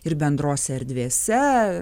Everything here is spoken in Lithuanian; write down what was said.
ir bendrose erdvėse